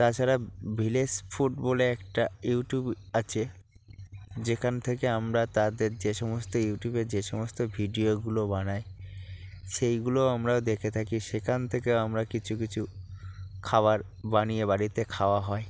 তাছাড়া village food বলে একটা ইউটিউব আছে যেখান থেকে আমরা তাদের যে সমস্ত ইউটিউবে যে সমস্ত ভিডিওগুলো বানায় সেইগুলো আমরা দেখে থাকি সেখান থেকে আমরা কিছু কিছু খাওয়ার বানিয়ে বাড়িতে খাওয়া হয়